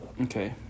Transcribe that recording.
Okay